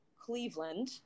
Cleveland